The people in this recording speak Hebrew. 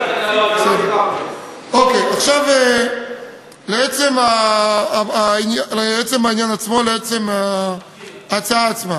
אוקיי, עכשיו לעצם העניין עצמו, לעצם ההצעה עצמה.